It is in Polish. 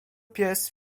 pies